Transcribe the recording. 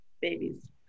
babies